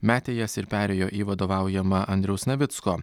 metė jas ir perėjo į vadovaujamą andriaus navicko